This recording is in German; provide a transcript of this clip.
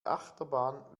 achterbahn